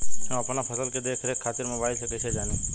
हम अपना फसल के देख रेख खातिर मोबाइल से कइसे जानी?